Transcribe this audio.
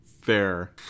fair